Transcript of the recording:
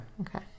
Okay